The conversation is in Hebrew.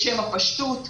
לשם הפשטות,